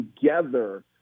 together